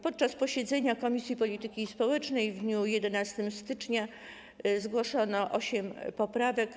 Podczas posiedzenia komisji polityki społecznej w dniu 11 stycznia zgłoszono osiem poprawek.